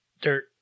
dirt